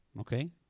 okay